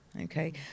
Okay